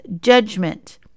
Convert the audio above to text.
judgment